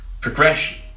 progression